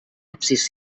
absis